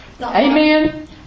Amen